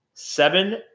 Seven